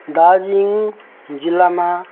दार्जिलिङ जिल्लामा